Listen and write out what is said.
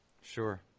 Sure